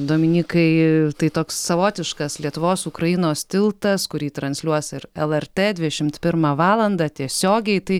dominykai tai toks savotiškas lietuvos ukrainos tiltas kurį transliuos ir lrt dvidešimt pirmą valandą tiesiogiai tai